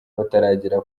bataragera